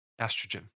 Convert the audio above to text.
estrogen